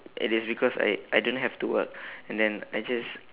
it is because I I don't have to work and then I just